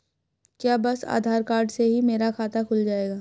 क्या बस आधार कार्ड से ही मेरा खाता खुल जाएगा?